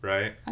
Right